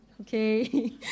Okay